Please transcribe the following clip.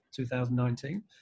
2019